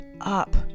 up